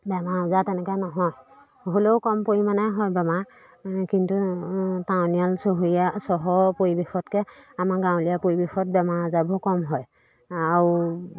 বেমাৰ আজাৰ তেনেকৈ নহয় হ'লেও কম পৰিমাণে হয় বেমাৰ কিন্তু টাউনীয়াল চহৰীয়া চহৰ পৰিৱেশতকৈ আমাৰ গাঁৱলীয়া পৰিৱেশত বেমাৰ আজাৰবোৰ কম হয় আৰু